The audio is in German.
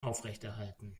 aufrechterhalten